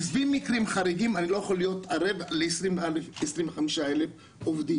עזבי מקרים חריגים כי אני לא יכול להיות ערב ל-25,000 עובדים,